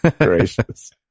gracious